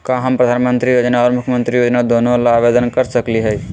का हम प्रधानमंत्री योजना और मुख्यमंत्री योजना दोनों ला आवेदन कर सकली हई?